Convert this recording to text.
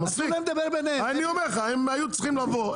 הם היו צריכים לבוא.